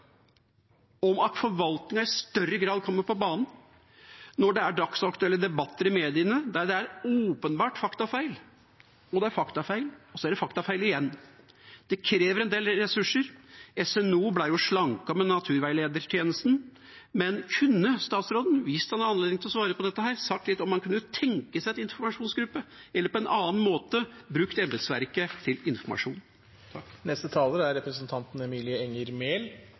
at forvaltningen i større grad kommer på banen når det er dagsaktuelle debatter i mediene der det er åpenbare faktafeil, og det er faktafeil, og så er det faktafeil igjen. Det krever en del ressurser. Naturveiledertjenesten i SNO, Statens naturvernoppsyn, ble slanket. Men kunne statsråden, hvis han har anledning til å svare på dette, sagt litt om hvorvidt han kunne tenke seg en informasjonsgruppe, eller på annen måte brukt embetsverket til informasjon? Jeg synes det er